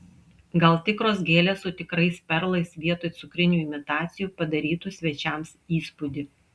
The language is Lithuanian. gal tikros gėlės su tikrais perlais vietoj cukrinių imitacijų padarytų svečiams įspūdį